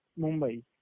Mumbai